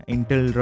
Intel